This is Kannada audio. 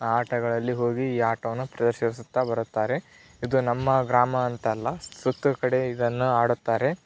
ಆಟಗಳಲ್ಲಿ ಹೋಗಿ ಈ ಆಟವನ್ನು ಪ್ರದರ್ಶಿಸುತ್ತಾ ಬರುತ್ತಾರೆ ಇದು ನಮ್ಮ ಗ್ರಾಮ ಅಂತ ಅಲ್ಲ ಸುತ್ತ ಕಡೆ ಇದನ್ನು ಆಡುತ್ತಾರೆ